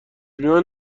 میان